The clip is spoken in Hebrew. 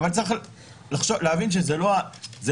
אבל צריך להבין שזה לא הסטנדרט.